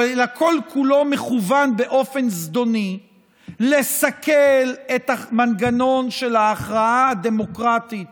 אלא כל-כולו מכוון באופן זדוני לסכל את המנגנון של ההכרעה הדמוקרטית